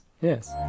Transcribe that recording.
Yes